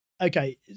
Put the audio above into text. Okay